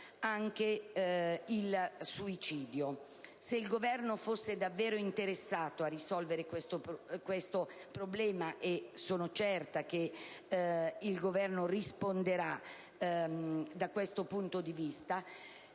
anche il suicidio. Se il Governo fosse davvero interessato a risolvere questo problema - e sono certa che il Governo risponderà da questo punto di vista